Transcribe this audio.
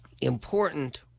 important